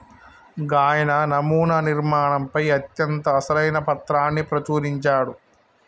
గాయన నమునా నిర్మాణంపై అత్యంత అసలైన పత్రాన్ని ప్రచురించాడు